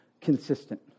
consistent